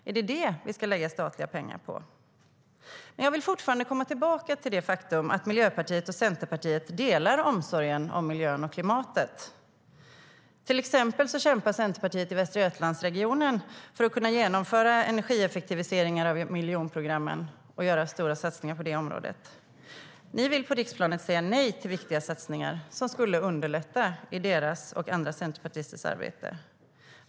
Är det det som vi ska lägga statliga pengar på? Till exempel kämpar Centerpartiet i Västra Götalandsregionen för att kunna genomföra energieffektiviseringar av miljonprogrammen och göra stora satsningar på det området. Ni vill på riksplanet säga nej till viktiga satsningar som skulle underlätta deras och andra centerpartisters arbete.